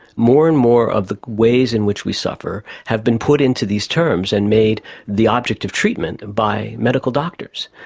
more and more of the ways in which we suffer have been put into these terms and made the object of treatment by medical doctors.